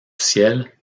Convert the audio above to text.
ciel